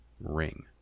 ring